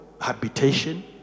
habitation